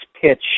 pitch